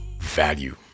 value